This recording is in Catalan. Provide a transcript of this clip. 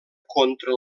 contra